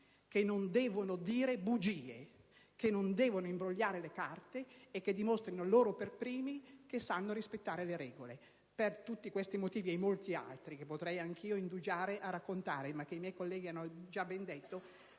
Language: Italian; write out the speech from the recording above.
che non devono dire bugie, che non devono imbrogliare le carte e che dimostrino loro per primi che sanno rispettare le regole. Per tutti questi motivi, e molti altri sui quali potrei anch'io indugiare per raccontare, ma che i colleghi hanno già ben indicato,